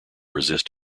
resist